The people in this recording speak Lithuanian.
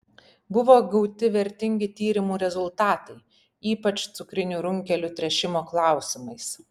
buvo gauti vertingi tyrimų rezultatai ypač cukrinių runkelių tręšimo klausimais